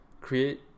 create